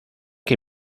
que